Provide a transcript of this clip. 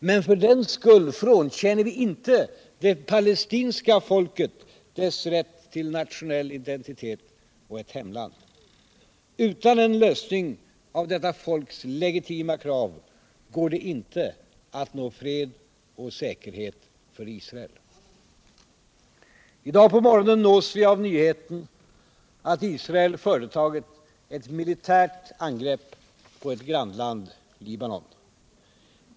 Men för den skull frånkänner vi inte det palestinska folket dess rätt till nationell identitet och ett hemland. Utan en lösning på detta folks legitima krav går det inte att nå fred och säkerhet för Israel. I dag på morgonen nås vi av nyheten att Israel företagit ett militärt angrepp på ett grannland, Libanon.